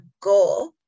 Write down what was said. goal